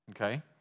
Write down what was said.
Okay